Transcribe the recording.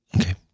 Okay